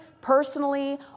personally